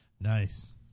Nice